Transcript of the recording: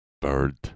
Bird